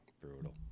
brutal